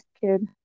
kid